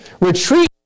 retreat